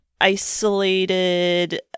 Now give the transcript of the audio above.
isolated